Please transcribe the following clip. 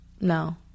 No